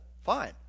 fine